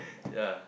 ya